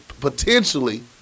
potentially